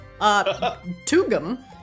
Tugum